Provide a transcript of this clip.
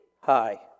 Hi